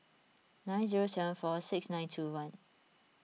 nine zero seven four six nine two one